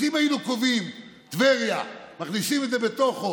אז אם היינו קובעים את טבריה ומכניסים את זה בתוכו